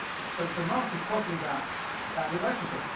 so so marx is talking about that relationship.